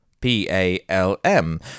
P-A-L-M